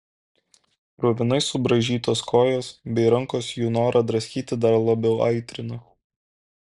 kruvinai subraižytos kojos bei rankos jų norą draskyti dar labiau aitrino